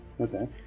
okay